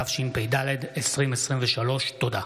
התשפ"ד 2023. תודה.